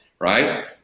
right